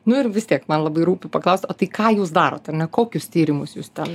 nu ir vis tiek man labai rūpi paklaust o tai ką jūs darot ar ne kokius tyrimus jūs ten